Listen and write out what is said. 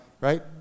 Right